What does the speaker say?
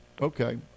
Okay